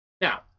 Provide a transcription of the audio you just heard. Now